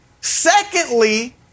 Secondly